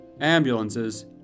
ambulances